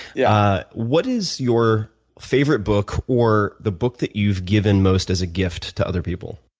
yeah what is your favorite book, or the book that you've given most as a gift to other people?